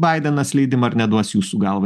baidenas leidimą ar neduos jūsų galva